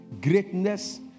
Greatness